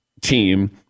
team